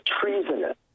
treasonous